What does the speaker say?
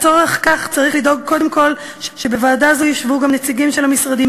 לצורך כך צריך לדאוג קודם כול שבוועדה זו ישבו גם נציגים של המשרדים